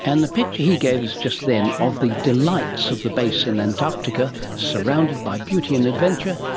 and the picture he gave us just then of the delights of the base in antarctica, surrounded by beauty and adventure,